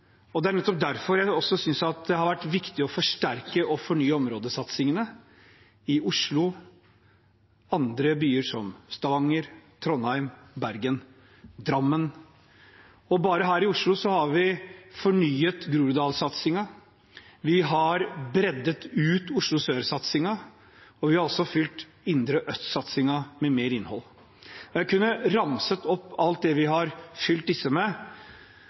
Og det er nettopp derfor jeg synes det har vært viktig å forsterke og fornye områdesatsingene i Oslo og i andre byer, som Stavanger, Trondheim, Bergen og Drammen. Bare her i Oslo har vi fornyet Groruddalssatsingen, vi har bredt ut Oslo sør-satsingen, og vi har også fylt indre øst-satsingen med mer innhold. Jeg kunne ramset opp alt det vi har fylt disse med,